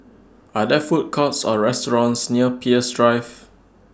Are There Food Courts Or restaurants near Peirce Drive